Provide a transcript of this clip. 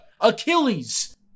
Achilles